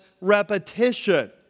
repetition